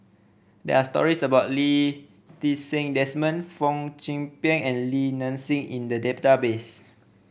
there are stories about Lee Ti Seng Desmond Fong Chong Pik and Li Nanxing in the database